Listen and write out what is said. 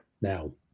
now